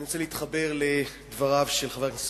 אני רוצה להתחבר לדבריו של חבר הכנסת